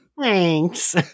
Thanks